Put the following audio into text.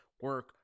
Work